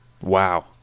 Wow